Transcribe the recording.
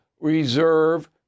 reserve